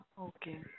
Okay